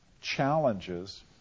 challenges